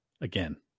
Again